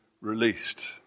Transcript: released